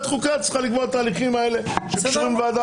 החוקה צריכה לקבוע את התהליכים האלה שקשורים לוועדה.